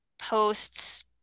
posts